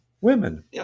women